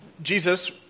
Jesus